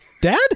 dad